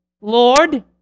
Lord